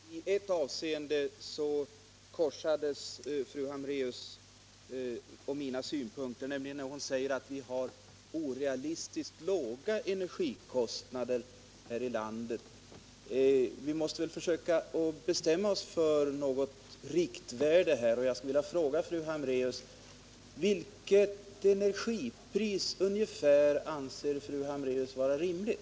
Herr talman! I ett avseende korsas fru Hambraeus och mina synpunkter, nämligen när fru Hambraeus säger att vi har orealistiskt låga energikostnader här i landet. Vi måste försöka bestämma oss för något riktvärde. Jag skulle vilja fråga fru Hambraeus: Vilket ungefärliga energipris anser fru Hambraeus vara rimligt?